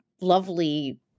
lovely